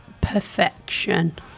perfection